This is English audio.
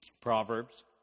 Proverbs